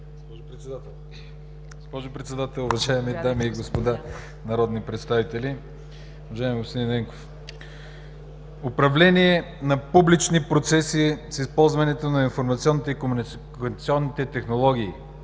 Госпожо Председател! Уважаеми дами и господа народни представители, уважаеми господин Ненков! Управление на публични процеси с използване на информационни и комуникационни технологии